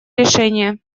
решения